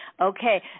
Okay